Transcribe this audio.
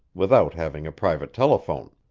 without having a private telephone.